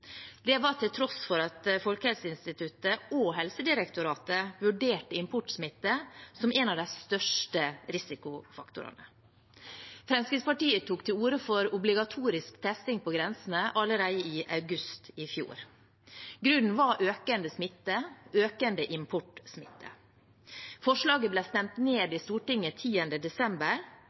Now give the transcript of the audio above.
Det var til tross for at Folkehelseinstituttet og Helsedirektoratet vurderte importsmitte som en av de største risikofaktorene. Fremskrittspartiet tok til orde for obligatorisk testing på grensene allerede i august i fjor. Grunnen var økende smitte – økende importsmitte. Forslaget ble stemt ned i Stortinget 10. desember,